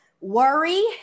worry